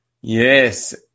Yes